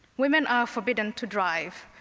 women are forbidden to drive,